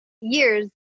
years